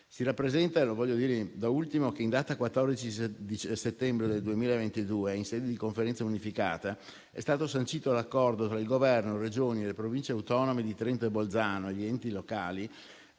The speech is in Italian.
Si rappresenta - lo voglio dire da ultimo - che in data 14 settembre 2022, in sede di Conferenza unificata, è stato sancito l'accordo tra il Governo, le Regioni, le Province autonome di Trento e Bolzano e gli enti locali